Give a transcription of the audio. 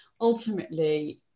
ultimately